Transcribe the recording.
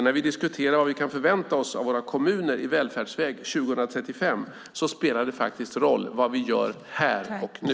När vi diskuterar vad vi kan förvänta oss av våra kommuner i välfärdsväg 2035 spelar det faktiskt roll vad vi gör här och nu.